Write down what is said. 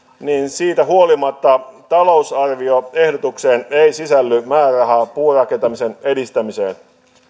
niin siitä huolimatta talousarvioehdotukseen ei sisälly määrärahaa puurakentamisen edistämiseen